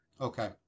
Okay